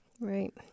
Right